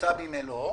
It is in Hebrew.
שמוצה במלואו,